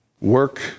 work